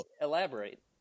elaborate